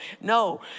No